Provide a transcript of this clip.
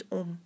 om